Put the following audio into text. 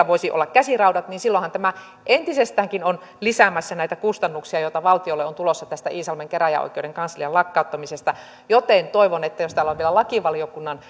voisi olla käsiraudat niin silloinhan tämä entisestäänkin on lisäämässä näitä kustannuksia joita valtiolle on tulossa tästä iisalmen käräjäoikeuden kanslian lakkauttamisesta näin ollen toivon että jos täällä on vielä lakivaliokunnan